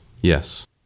yes